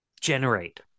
generate